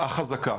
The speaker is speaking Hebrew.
החזקה.